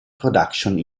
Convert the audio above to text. productions